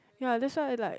ya that's why I like